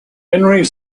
henry